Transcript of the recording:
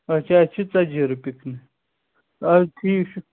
اَچھا اَسہِ چھِ ژَتجی رۄپیہِ کٕنٕنۍ اَدٕ ٹھیٖک چھُ